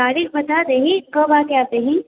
तारीक बता दही